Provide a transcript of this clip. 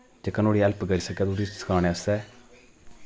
जेह्का नुआढ़ी हैल्प करी सकै थोह्ड़ी सखानै आस्तै